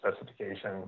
specification